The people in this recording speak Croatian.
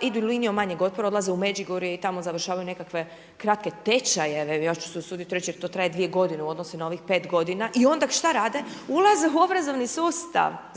idu linijom manjeg otpora, odlaze u Međugorje i tamo završavaju nekakve kratke tečajeve, ja ću se usuditi reć jer to traje 2 g. u odnosu na ovih 5 g. i onda šta rade, ulaze u obrazovni sustav.